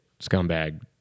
scumbag